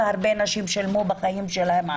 כאשר הרבה נשים שילמו בחיים שלהן.